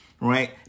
right